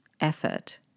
Effort